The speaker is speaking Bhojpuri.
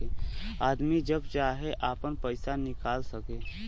आदमी जब चाहे आपन पइसा निकाल सके